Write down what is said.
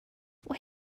why